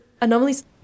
anomalies